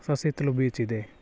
Sasihithlu ಬೀಚಿದೆ